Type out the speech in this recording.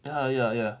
ya ya ya